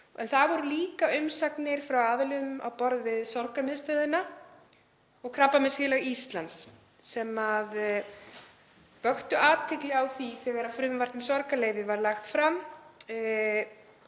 en það voru líka umsagnir frá aðilum á borð við Sorgarmiðstöðina og Krabbameinsfélag Íslands sem vöktu athygli á því þegar frumvarp um sorgarleyfi var lagt fram